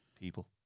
people